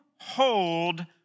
hold